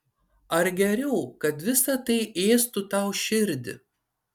ar geriau kad visa tai ėstų tau širdį